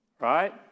Right